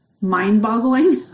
mind-boggling